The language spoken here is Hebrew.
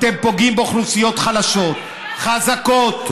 אתם פוגעים באוכלוסיות חלשות, חזקות.